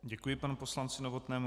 Děkuji panu poslanci Novotnému.